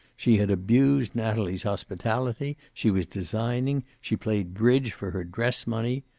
she had abused natalie's hospitality. she was designing. she played bridge for her dress money.